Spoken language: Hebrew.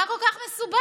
מה כל כך מסובך?